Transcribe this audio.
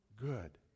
good